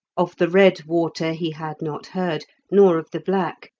of the red water he had not heard, nor of the black,